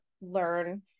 learn